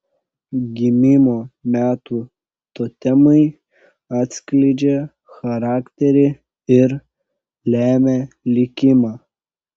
gimimo metų totemai atskleidžia charakterį ir lemia likimą